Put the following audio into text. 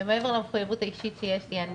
ומעבר למחויבות האישית שלי,